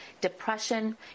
depression